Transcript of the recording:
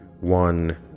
one